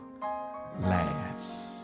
last